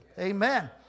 Amen